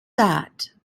that